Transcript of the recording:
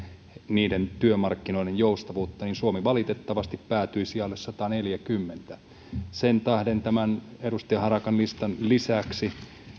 niiden työmarkkinoiden joustavuutta niin suomi valitettavasti päätyi sijalle sataneljäkymmentä sen tähden tämän edustaja harakan listan lisäksi